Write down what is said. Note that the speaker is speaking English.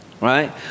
right